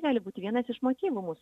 gali būti vienas iš motyvų mūsų